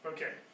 Okay